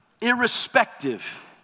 irrespective